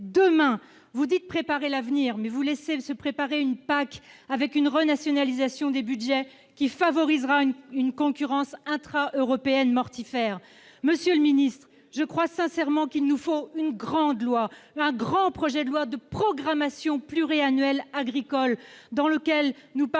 demain. Vous dites préparer l'avenir, mais vous laissez se préparer une PAC prévoyant une renationalisation des budgets, ce qui favorisera une concurrence intra-européenne mortifère. Monsieur le ministre, je crois sincèrement qu'il nous faut un grand projet de loi de programmation pluriannuelle agricole, qui nous permette